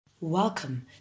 Welcome